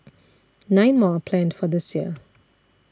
nine more are planned for this year